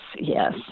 yes